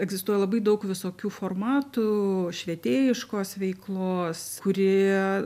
egzistuoja labai daug visokių formatų švietėjiškos veiklos kurie